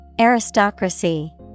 Aristocracy